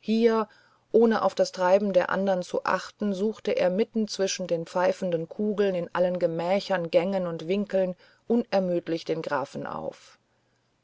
hier ohne auf das treiben der andern zu achten suchte er mitten zwischen den pfeifenden kugeln in allen gemächern gängen und winkeln unermüdlich den grafen auf